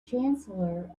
chancellor